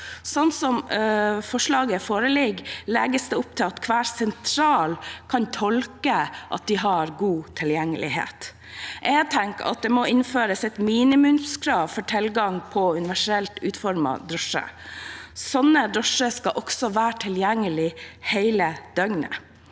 Slik som forslaget foreligger, legges det opp til at hver sentral kan tolke at de har god tilgjengelighet. Jeg tenker at det må innføres et minimumskrav for tilgang på universelt utformet drosje. Slike drosjer skal også være tilgjengelige hele døgnet.